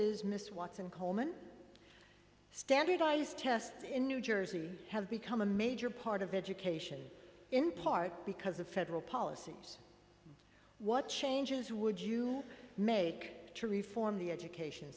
is miss watson coleman standardized tests in new jersey have become a major part of education in part because of federal policy what changes would you make to reform the education